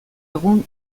egun